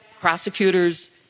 prosecutors